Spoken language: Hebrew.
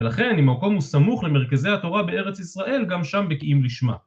ולכן אם המקום הוא סמוך למרכזי התורה בארץ ישראל, גם שם בקיאים לשמה.